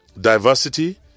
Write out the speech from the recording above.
diversity